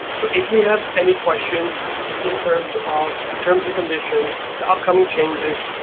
so if we have any questions in terms of the terms and conditions, the upcoming changes,